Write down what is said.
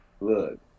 look